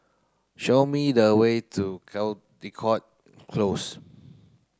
show me the way to Caldecott Close